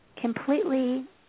completely